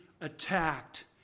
attacked